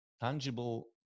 tangible